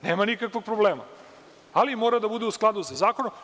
Nema nikakvog problema, ali mora da bude u skladu sa zakonom.